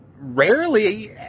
rarely